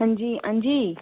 अंजी अंजी